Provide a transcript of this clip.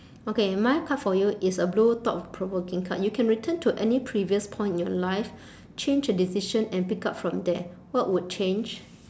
okay my card for you is a blue thought provoking card you can return to any previous point in your life change a decision and pick up from there what would change